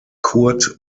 curt